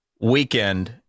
weekend